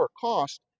cost